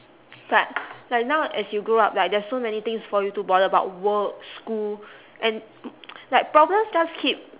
but like now as you grow up like there's so many things for you to bother about work school and like problems just keep